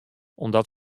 omdat